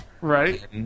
right